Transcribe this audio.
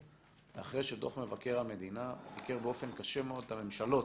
אחרי שדוח מבקר המדינה ביקר באופן קשה מאוד את הממשלות,